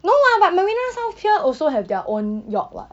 no lah but marina south pier also have their own yacht [what]